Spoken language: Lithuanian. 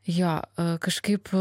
jo kažkaip